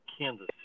kansas